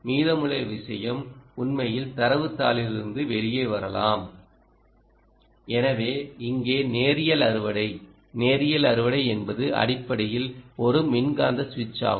மீதமுள்ளவிஷயம் உண்மையில் தரவுத் தாளில் இருந்து வெளியே வரலாம் எனவே இங்கே நேரியல் அறுவடை நேரியல் அறுவடை என்பது அடிப்படையில் ஒரு மின்காந்த சுவிட்ச் ஆகும்